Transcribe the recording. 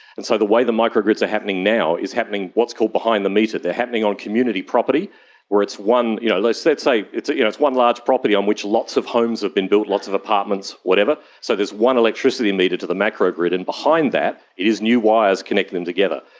and so the way the micro-grids are happening now is happening what's called behind the meter. they are happening on community property where it's, you know let's say it's yeah it's one large property on which lots of homes have been built, lots of apartments, whatever, so there's one electricity meter to the macro-grid, and behind that is new wires connecting them together.